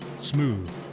smooth